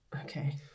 Okay